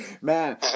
Man